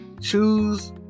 choose